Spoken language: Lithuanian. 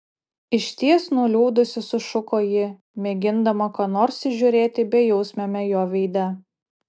išties nuliūdusi sušuko ji mėgindama ką nors įžiūrėti bejausmiame jo veide